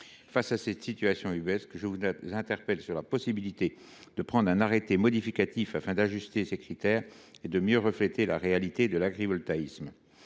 Face à cette situation ubuesque, je vous interpelle sur la possibilité de prendre un arrêté modificatif, afin d’ajuster ces critères et de mieux refléter la réalité de l’agrivoltaïsme.